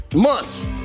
months